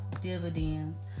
dividends